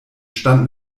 stand